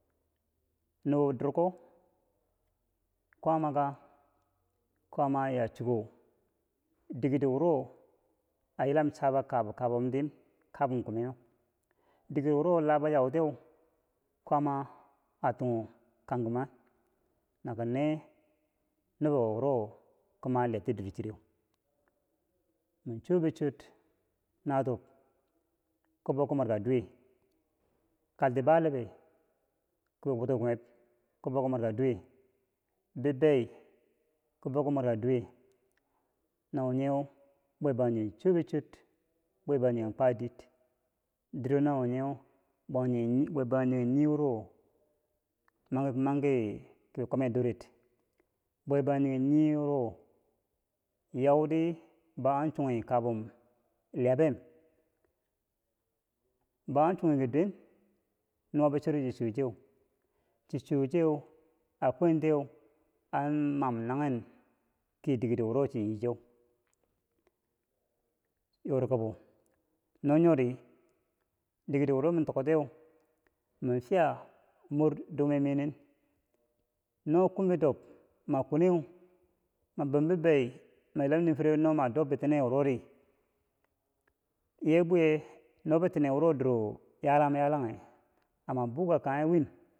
nubo durko kwaamaka kwaama a ya chiko dikedo wuro a yila chaka kaba kabumtim kabum komeu dikewuro labo yautiyeu kwaama a tunghu kankuma na kom ne nubo wuro kom ma liyar ti dorchireu min chobi chot natuub kom bou ki mwerkaduwe kalti bayilobe kibi wutom kimeb kom bou ki, mwerka duwe bibei kom bou ki bouki mwerka duwek nawo nyeu bwe bangjinghe chobi chwod bwebangjinghe kwa dir- diro nawo nyeu bwebangjinghe nii wuro yau di bo an chunyi kabum liyabem baa chuyunki dwen nuwa bi choro chi chuwo tiyeu chi cho cheu akwen tiyeu an mam nanghen ki dikedo wuro chiyi cheu yorikabo nonyori dikero wuro matoktiye minchiya mor dume mii nen wo kum bi dob ma kweneu, ma bom bibei mayilam nii fireu ma ma dob bitinewuroti, ye bwiye no bitiwo doro yalanghum yalanghe. amma buu ka kanghek win.